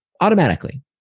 automatically